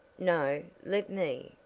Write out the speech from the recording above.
no, let me?